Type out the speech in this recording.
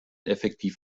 effektiv